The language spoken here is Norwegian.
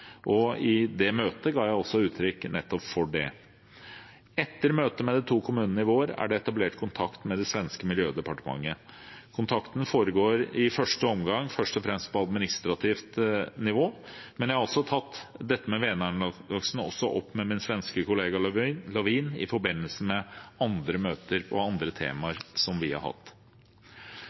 I det møtet ga jeg også uttrykk nettopp for det. Etter møtet med de to kommunene i vår er det etablert kontakt med det svenske Miljödepartementet. Kontakten foregår i første omgang først og fremst på administrativt nivå, men jeg har også tatt Vänern-laksen opp med min svenske kollega, Lövin, i forbindelse med andre møter og andre temaer som vi har hatt